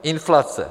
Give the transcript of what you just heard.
Inflace.